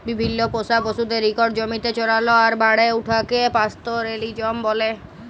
বিভিল্ল্য পোষা পশুদের ইকট জমিতে চরাল আর বাড়ে উঠাকে পাস্তরেলিজম ব্যলে